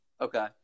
Okay